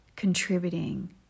Contributing